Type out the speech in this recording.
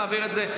נעביר את זה.